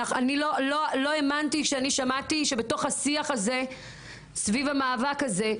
אני לא האמנתי כשאני שמעתי שבתוך השיח הזה סביב המאבק הזה,